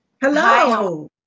Hello